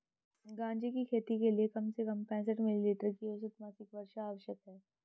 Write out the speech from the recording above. गांजे की खेती के लिए कम से कम पैंसठ मिली मीटर की औसत मासिक वर्षा आवश्यक है